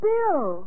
Bill